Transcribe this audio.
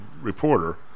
reporter